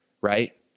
Right